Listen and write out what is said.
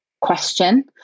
question